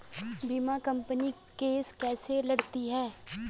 बीमा company case कैसे लड़ती है?